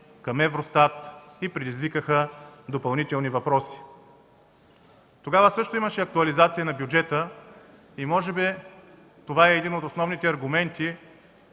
към Евростат и предизвикаха допълнителни въпроси. Тогава също имаше актуализация на бюджета и може би това е един от основните аргументи